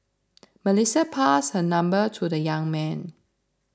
Melissa passed her number to the young man